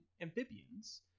amphibians